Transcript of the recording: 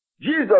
Jesus